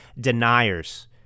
deniers